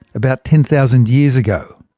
about ten thousand years ago.